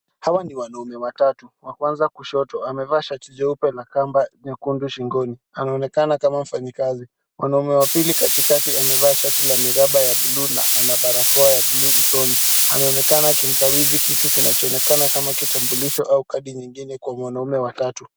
Hawa ni wanaume watatu. Wa kwanza kushoto amevaa shati jeupe na kamba nyekundu shingoni, anaonekana kama mfanyikazi. Mwanamume wapili katikati amevaa shati la miraba ya buluu na ana barakoa ya buluu usoni anaonekana akimkabidhi kitu kinachoonekana kama kitambulisho au kadi nyingine kwa mwanamume wa tatu.